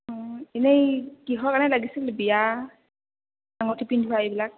ও ইনেই কিহৰ কাৰণে লাগিছিল বিয়া আঙুঠি পিন্ধোৱা এইবিলাক